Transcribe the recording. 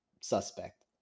suspect